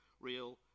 real